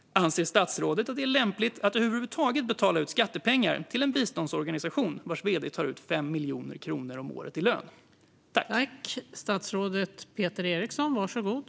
Anser statsrådet att det är lämpligt att över huvud taget betala ut skattepengar till en biståndsorganisation vars vd tar ut 5 miljoner kronor om året i lön?